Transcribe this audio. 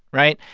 right?